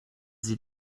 sie